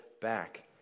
back